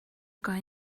guy